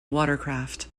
watercraft